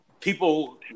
people